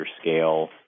scale